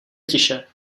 tiše